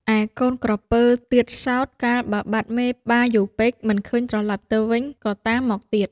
ឯកូនក្រពើទៀតសោត កាលបើបាត់មេបាយូរពេក មិនឃើញត្រឡប់ទៅវិញ ក៏តាមមកទៀត